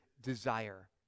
desire